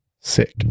Sick